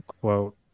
quote